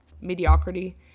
mediocrity